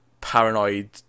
paranoid